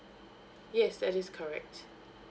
yes that is correct